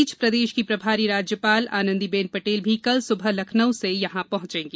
इस बीच प्रदेश की प्रभारी राज्यपाल आनंदीबेन पटेल भी कल सुबह लखनउ से यहां पहचेंगी